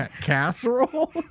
casserole